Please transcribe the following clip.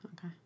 Okay